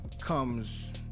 comes